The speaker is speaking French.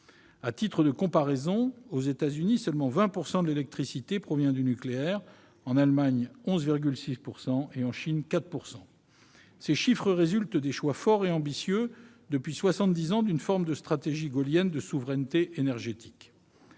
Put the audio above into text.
À titre de comparaison, aux États-Unis, seulement 20 % de l'électricité provient du nucléaire, contre 11,6 % en Allemagne et 4 % en Chine. Ces chiffres résultent des choix forts et ambitieux, depuis soixante-dix ans, d'une forme de stratégie gaullienne de souveraineté énergétique.